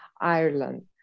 Ireland